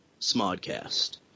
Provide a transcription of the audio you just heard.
Smodcast